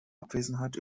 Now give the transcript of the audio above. abwesenheit